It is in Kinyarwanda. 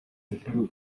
nkuru